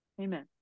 Amen